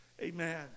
Amen